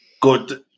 good